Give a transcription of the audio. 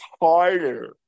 harder